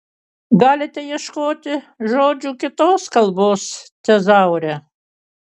galite ieškoti žodžių kitos kalbos tezaure